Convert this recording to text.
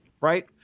right